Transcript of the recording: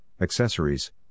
accessories